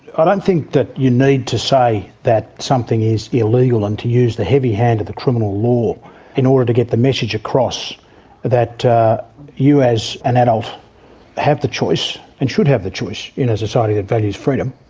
i don't think that you need to say that something is illegal and to use the heavy hand of the criminal law in order to get the message across that you as an adult have the choice, and should have the choice in a society that values freedom,